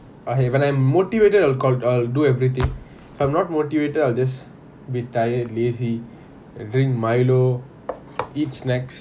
when I'm motivated I'll do everything if I'm not motivated I'll just be tired and lazy drink milo eat snacks